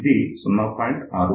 ఇది 0